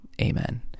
Amen